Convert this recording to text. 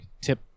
tip